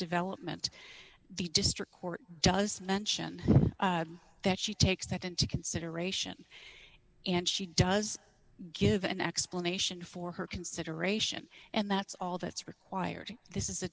development the district court does mention that she takes that into consideration and she does give an explanation for her consideration and that's all that's required this is